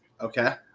Okay